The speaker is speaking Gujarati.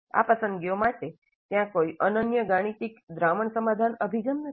આ પસંદગીઓ માટે ત્યાં કોઈ અનન્ય ગાણિતીક દ્રાવણ સમાધાન અભિગમ નથી